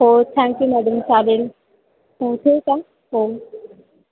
हो thank you madam चालेल हो ठेवू का हो